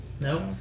No